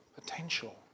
potential